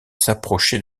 s’approcher